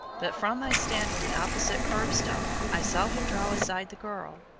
but from my stand on the opposite curb-stone i saw him draw aside the girl,